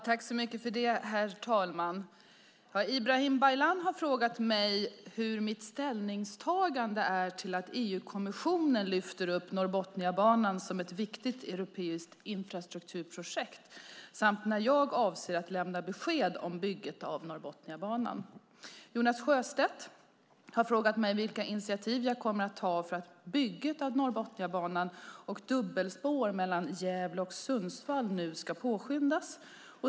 Herr talman! Ibrahim Baylan har frågat mig hur mitt ställningstagande är till att EU-kommissionen lyfter upp Norrbotniabanan som ett viktigt europeiskt infrastrukturprojekt samt när jag avser att lämna besked om bygget av Norrbotniabanan. Jonas Sjöstedt har frågat mig vilka initiativ jag kommer att ta för att bygget av Norrbotniabanan och dubbelspår mellan Gävle och Sundsvall nu ska påskyndas.